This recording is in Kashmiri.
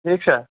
ٹھیٖک چھا